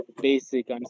basic